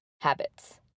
habits